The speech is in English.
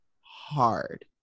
hard